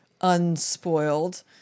unspoiled